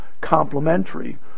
complementary